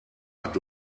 hat